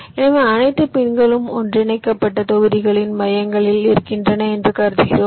எனவே அனைத்து ஊசிகளும் ஒன்றிணைக்கப்பட்டு தொகுதிகளின் மையங்களில் இருக்கின்றன என்று கருதுகிறோம்